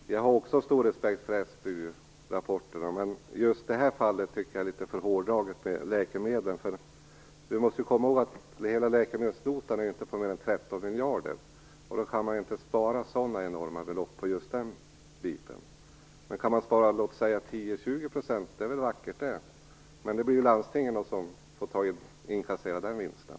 Fru talman! Jag har också stor respekt för SBU rapporterna. Men jag tycker att just det här fallet om läkemedlen är litet för hårdraget. Vi måste ju komma ihåg att hela läkemedelsnotan inte är på mer än 13 miljarder, och då kan man ju inte spara sådana enorma belopp just där. Men det är väl vackert så, om man kan spara 10-20 %. Men det blir ju landstingen som får inkassera den vinsten.